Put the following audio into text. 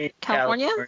California